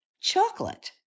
chocolate